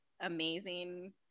amazing